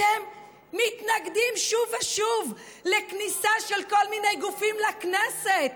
אתם מתנגדים שוב ושוב לכניסה של כל מיני גופים לכנסת,